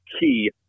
key